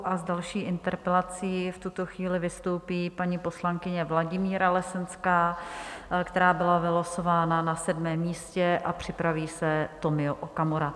S další interpelací v tuto chvíli vystoupí paní poslankyně Vladimíra Lesenská, která byla vylosována na sedmém místě, a připraví se Tomio Okamura.